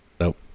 Nope